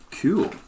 Cool